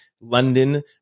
London